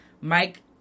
Mike